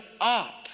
up